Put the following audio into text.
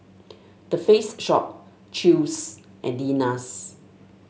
The Face Shop Chew's and Lenas